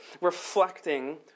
reflecting